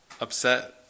upset